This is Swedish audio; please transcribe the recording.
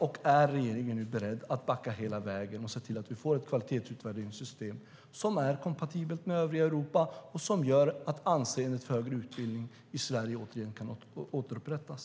Och är regeringen nu beredd att backa hela vägen och se till att vi får ett kvalitetsutvärderingssystem som är kompatibelt med övriga Europas och som gör att anseendet för utbildning i Sverige kan återupprättas?